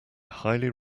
highly